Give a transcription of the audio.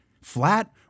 Flat